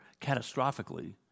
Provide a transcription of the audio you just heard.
catastrophically